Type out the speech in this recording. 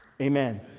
amen